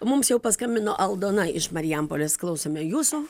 mums jau paskambino aldona iš marijampolės klausome jūsų